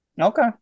Okay